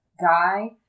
guy